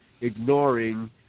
ignoring